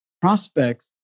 prospects